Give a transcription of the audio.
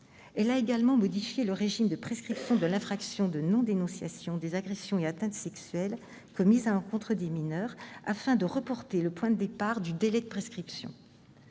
Elle a modifié le régime de prescription de l'infraction de non-dénonciation des agressions et atteintes sexuelles commises à l'encontre des mineurs afin de reporter le point de départ du délai de prescription.